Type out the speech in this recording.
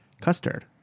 custard